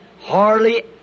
hardly